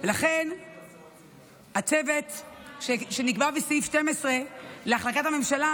לכן הצוות שנקבע בסעיף 12 להחלטת הממשלה,